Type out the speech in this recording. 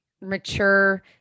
mature